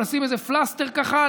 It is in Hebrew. לשים איזה פלסטר ככה,